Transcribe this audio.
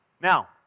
Now